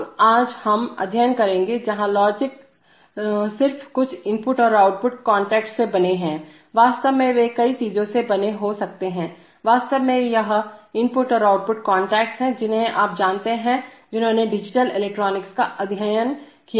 अब आज हम अध्ययन करेंगे जहां लॉजिक्स सिर्फ कुछ इनपुट और आउटपुट कॉन्टैक्ट्स से बने हैं वास्तव में वे कई चीजों से बने हो सकते हैं वास्तव में यह इनपुट और आउटपुट कॉन्टैक्ट्स हैं जिन्हें आप जानते हैं जिन्होंने डिजिटल इलेक्ट्रॉनिक्स का अध्ययन किया है